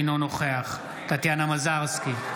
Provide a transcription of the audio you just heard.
אינו נוכח טטיאנה מזרסקי,